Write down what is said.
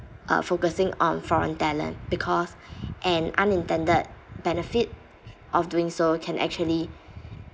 uh focusing on foreign talent because an unintended benefit of doing so can actually